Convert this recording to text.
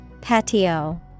Patio